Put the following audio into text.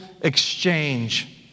exchange